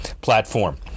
platform